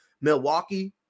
Milwaukee